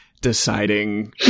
deciding